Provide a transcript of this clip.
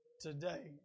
today